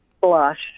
blush